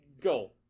Go